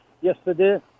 yesterday